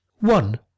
One